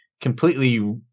completely